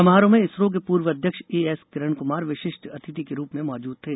समारोह में इसरो के पूर्व अध्यक्ष एएस किरण कुमार विशिष्ट अतिथि के रूप में मौजूद थे